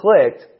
clicked